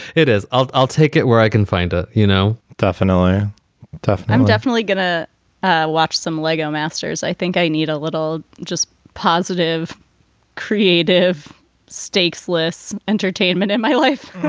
it is. i'll i'll take it where i can find a, you know, definitely tough. i'm definitely going to watch some lego masters i think i need a little just positive creative stakes lists entertainment in my life